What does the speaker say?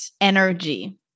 energy